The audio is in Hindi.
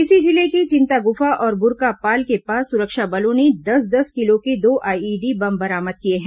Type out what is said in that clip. इसी जिले के चिंतागुफा और बुरकापाल के पास सुरक्षा बलों ने दस दस किलो के दो आईईडी बम बरामद किए हैं